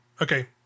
okay